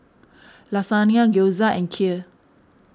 Lasagne Gyoza and Kheer